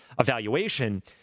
evaluation